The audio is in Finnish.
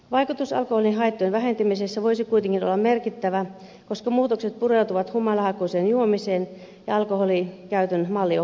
vaikutus alkoholihaittojen vähentymisessä voisi kuitenkin olla merkittävä koska muutokset pureutuvat humalahakuiseen juomiseen ja alkoholinkäytön mallioppimiseen